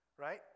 right